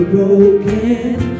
broken